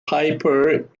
piper